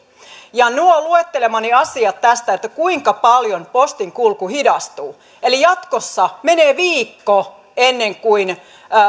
ja nuo luettelemani asiat tästä kuinka paljon postin kulku hidastuu eli jatkossa menee viikko ennen kuin